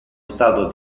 stato